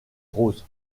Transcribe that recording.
rose